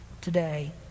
today